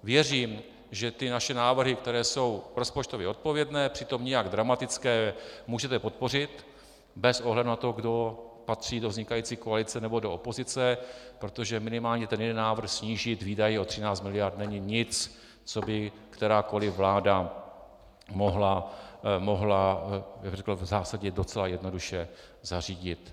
Věřím, že naše návrhy, které jsou rozpočtově odpovědné, přitom nijak dramatické, můžete podpořit bez ohledu na to, kdo patří do vznikající koalice nebo opozice, protože minimálně ten jeden návrh, snížit výdaje o 13 mld., není nic, co by kterákoli vláda mohla v zásadě docela jednoduše zařídit.